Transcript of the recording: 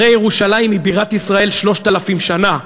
הרי ירושלים היא בירת ישראל 3,000 שנה.